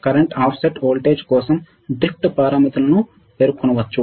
bias current offset voltage కోసం drift పారామితులను పేర్కొనవచ్చు